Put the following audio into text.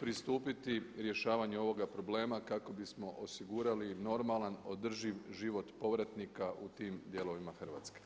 pristupiti rješavanju ovoga problema kako bismo osigurali normalan održiv život povratnika u tim dijelovima Hrvatske.